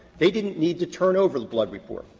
they didn't need to turn over the blood report.